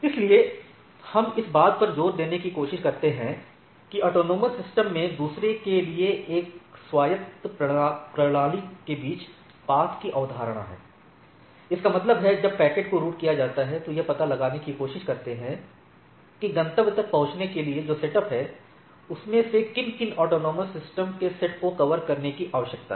इसलिए हम इस बात पर जोर देने की कोशिश करते हैं कि ऑटॉनमस सिस्टम में दूसरे के लिए एक स्वायत्त प्रणाली के बीच पाथ की अवधारणा है इसका मतलब है जब पैकेट को रूट किया जाता है तो यह पता लगाने की कोशिश करते हैं कि गंतव्य तक पहुंचने के लिए जो सेटअप है उनमे से किन किन ऑटॉनमस सिस्टम के सेट को कवर करने की आवश्यकता है